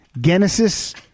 Genesis